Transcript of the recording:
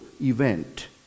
event